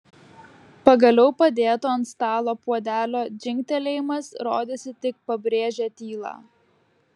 pagaliau padėto ant stalo puodelio dzingtelėjimas rodėsi tik pabrėžė tylą